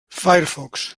firefox